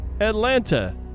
Atlanta